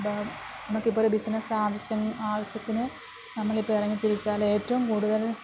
ഇപ്പോള് നമക്കിപ്പോള് ഒരു ബിസിനസ്സ് ആവശ്യം ആവശ്യത്തിന് നമ്മളിപ്പോള് ഇറങ്ങിത്തിരിച്ചാലേറ്റവും കൂടുതൽ